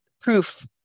proof